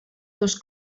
dos